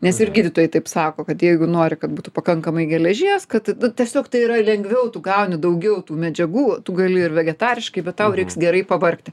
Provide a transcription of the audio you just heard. nes ir gydytojai taip sako kad jeigu nori kad būtų pakankamai geležies kad tiesiog tai yra lengviau tu gauni daugiau tų medžiagų tu gali ir vegetariškai bet tau reiks gerai pavargti